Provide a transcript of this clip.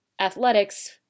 athletics